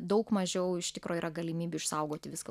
daug mažiau iš tikro yra galimybių išsaugoti viską